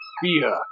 fear